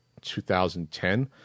2010